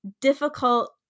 difficult